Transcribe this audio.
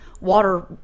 water